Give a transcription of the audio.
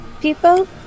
people